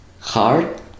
Hard